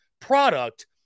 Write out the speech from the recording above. product